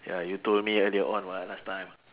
ya you told me on your own [what] last time